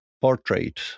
portrait